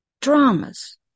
dramas